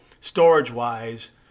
storage-wise